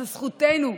זו זכותנו,